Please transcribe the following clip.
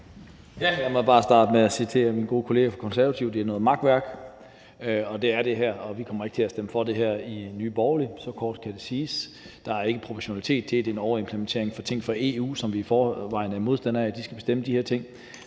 Lad mig bare starte med at citere min gode kollega fra De Konservative: Det her er noget makværk. Og vi kommer ikke til at stemme for det i Nye Borgerlige. Så kort kan det siges. Der er ikke proportionalitet i det. Det er en overimplementering af ting fra EU, som vi i forvejen er modstandere af at de skal bestemme. Så der er